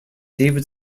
david